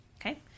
okay